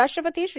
राष्ट्रपती श्री